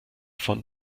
von